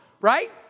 right